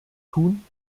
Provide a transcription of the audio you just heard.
tun